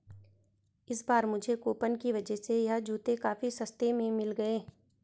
इस बार मुझे कूपन की वजह से यह जूते काफी सस्ते में मिल गए